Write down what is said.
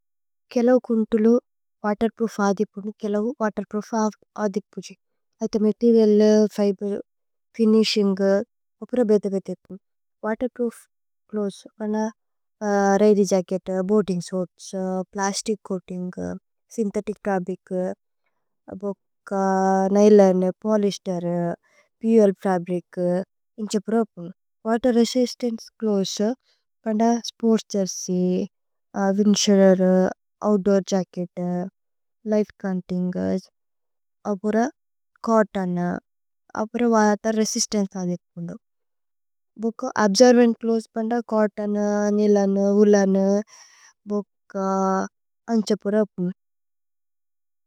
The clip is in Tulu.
കേലൌ കുന്തുലു വതേര്പ്രൂഫ് ആദിപുനു കേലൌ വതേര്പ്രൂഫ്। ആദിപുജി ഐഥ മതേരിഅലു, ഫിബേരു, ഫിനിശിന്ഗു, ഉപുര। ബേഥ ബേഥേപുനു waterproof clothes ഉപന। രൈരി jacket boating shorts plastic coating. Synthetic fabric, ബോച്ച, ന്യ്ലോനു, പോല്യേസ്തേരു, പോല്। ഫബ്രിചു ഇന്ഛപുരപുനു വതേര് രേസിസ്തന്ചേ ച്ലോഥേസ് ഉപന। Sports jersey windshield outdoor jacket light. ചോന്തിന്ഗു ഉപുര ചോത്തോനു ഉപുര വതേര് രേസിസ്തന്ചേ। ആദിപുനു ഭോച്ച അബ്സോര്ബേന്ത് ച്ലോഥേസ് ഉപന ചോത്തോനു। ന്യ്ലോനു വൂലനു ബോച്ച ഇന്ഛപുരപുനു।